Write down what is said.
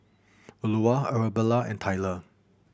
Eulah Arabella and Tyler